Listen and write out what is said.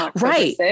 right